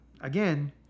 again